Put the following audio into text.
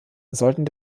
sollten